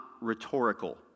rhetorical